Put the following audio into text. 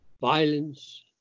violence